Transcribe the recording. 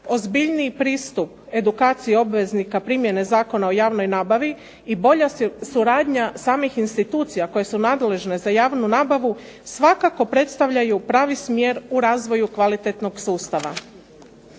ozbiljniji pristup edukaciji obveznika primjene Zakona o javnoj nabavi i bolja suradnja samih institucija koje su nadležne za javnu nabavu, svakako predstavljaju pravi smjer u razvoju kvalitetnog sustava.